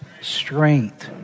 strength